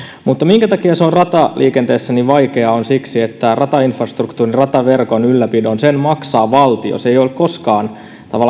mutta syy minkä takia se on rataliikenteessä niin vaikeaa on se että ratainfrastruktuurin rataverkon ylläpidon maksaa valtio se ei ole koskaan